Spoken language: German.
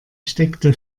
steckte